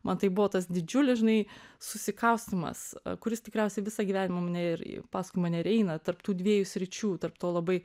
man tai buvo tas didžiulis žinai susikaustymas kuris tikriausiai visą gyvenimą ir paskui mane ir eina tarp tų dviejų sričių tarp to labai